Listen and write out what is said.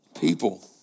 People